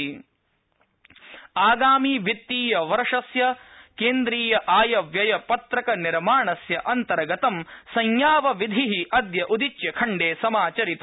हलुवा समारोह आगामि वित्तीयवर्षस्य केन्द्रीय व्यय पत्रकनिर्माणस्य अन्तर्गतं संयावविधि अद्य उदीच्य खण्डे समाचारित